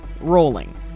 rolling